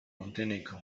montenegro